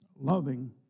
loving